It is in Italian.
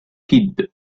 kid